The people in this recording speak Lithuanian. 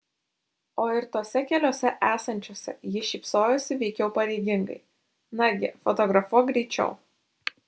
o ir tose keliose esančiose ji šypsojosi veikiau pareigingai nagi fotografuok greičiau